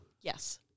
Yes